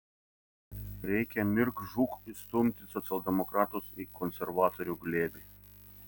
reikia mirk žūk įstumti socialdemokratus į konservatorių glėbį